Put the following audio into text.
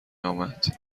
آمد